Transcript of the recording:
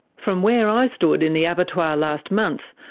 from where i stood in the abattoir last month,